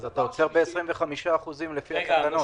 אבל אז אתה עוצר ב-25% לפי התקנות.